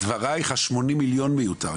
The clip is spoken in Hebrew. לדברייך ה-80 מיליון מיותר.